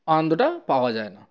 আনন্দটা পাওয়া যায় না